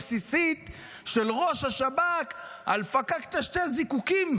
בסיסית של ראש השב"כ על פקקטה שני זיקוקים.